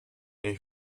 they